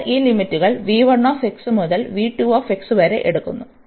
എന്നിട്ട് ഈ ലിമിറ്റുകൾ മുതൽ വരെ എടുക്കുന്നു